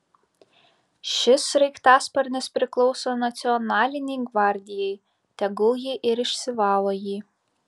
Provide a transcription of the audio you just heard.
šis sraigtasparnis priklauso nacionalinei gvardijai tegul ji ir išsivalo jį